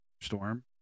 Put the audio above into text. Storm